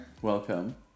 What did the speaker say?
Welcome